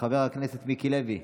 חבר הכנסת מיקי לוי,